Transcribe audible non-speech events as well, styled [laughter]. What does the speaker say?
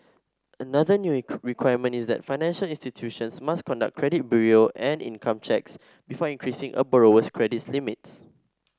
another new [unintelligible] requirement is that financial institutions must conduct credit bureau and income checks before increasing a borrower's credit's limits